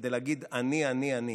כדי להגיד: אני, אני,